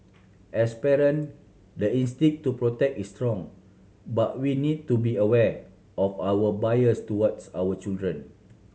as parent the instinct to protect is strong but we need to be aware of our biases towards our children